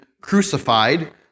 crucified